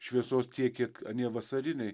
šviesos tiek kiek anie vasariniai